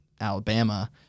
Alabama